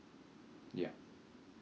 ya